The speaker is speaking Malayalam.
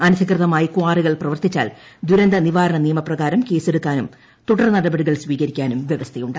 അനധികൃതമായി കാറികൾ പ്രവർത്തിച്ചാൽ ദൂരന്തനിവാരണ നിയമപ്രകാരം കേസെടുക്കാനും തുടർ നടപടികൾ സ്വീകരിക്കാനും വ്യവസ്ഥയുണ്ട്